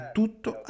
tutto